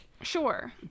sure